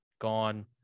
gone